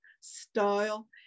style